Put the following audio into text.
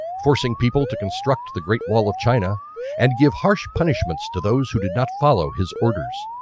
forcing people to construct the great wall of china and give harsh punishments to those who did not follow his orders.